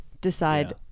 decide